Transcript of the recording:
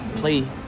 play